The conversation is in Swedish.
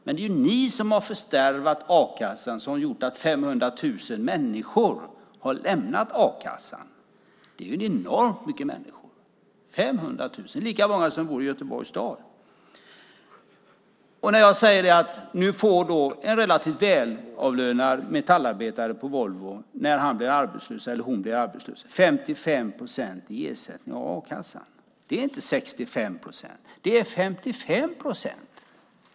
Men det är ni som har fördärvat a-kassan, vilket har gjort att 500 000 människor har lämnat den. Det är enormt många människor. 500 000 människor är lika många människor som bor i Göteborgs stad. Jag säger att en relativt välavlönad metallarbetare på Volvo får 55 procent i ersättning från a-kassan när han eller hon blir arbetslös. Det är inte 65 procent. Det är 55 procent.